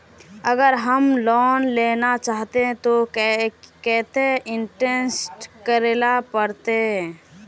अगर हम लोन लेना चाहते तो केते इंवेस्ट करेला पड़ते?